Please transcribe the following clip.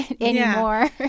anymore